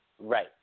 Right